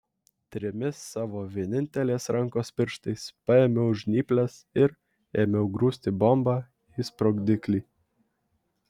trimis savo vienintelės rankos pirštais paėmiau žnyples ir ėmiau grūsti bombą į sprogdiklį